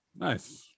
Nice